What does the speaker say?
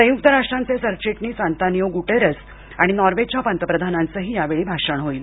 संयुक्त राष्ट्रांचे सरचिटणिस अन्तोनिओ गुटेरस आणि नॉर्वेच्या पंतप्रधानांचही यावेळी भाषण होईल